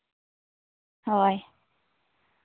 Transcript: ᱦᱳᱭ